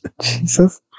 Jesus